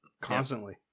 constantly